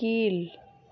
கீழ்